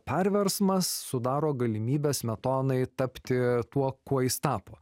perversmas sudaro galimybes smetonai tapti tuo kuo jis tapo